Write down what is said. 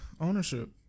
Ownership